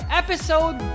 episode